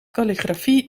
kalligrafie